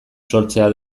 sortzea